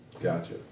Gotcha